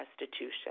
restitution